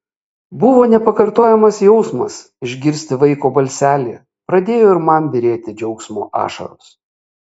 buvo nepakartojamas jausmas išgirsti vaiko balselį pradėjo ir man byrėti džiaugsmo ašaros